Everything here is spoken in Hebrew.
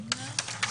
כן.